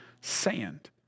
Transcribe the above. sand